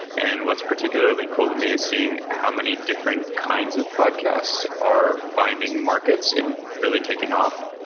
and what's particularly cool to me is seeing how many different kinds of podcasts are finding markets and really taking off.